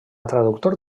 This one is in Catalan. traductor